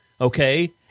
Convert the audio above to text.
okay